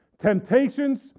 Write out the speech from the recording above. Temptations